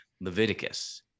Leviticus